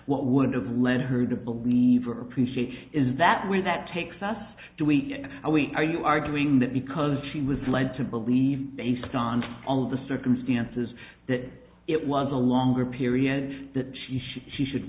what would have led her to believe or appreciate is that where that takes us to eat and we are you arguing that because she was led to believe based on all of the circumstances that it was a longer period that she should she should